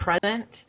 present